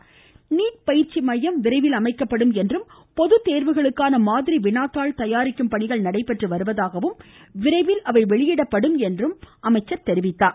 அமைச்சர்கள் தொடர்ச்சி நீட் பயிற்சி மையம் விரைவில் அமைக்கப்படும் என்றும் பொது தேர்வுகளுக்கான மாதிரி வினாத்தாள் தயாரிக்கும் பணிகள் நடைபெற்று வருவதாகவும் விரைவில் அவை வெளியிடப்படும் என்றும் கூறினார்